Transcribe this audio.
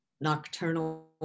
nocturnal